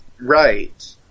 Right